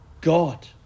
God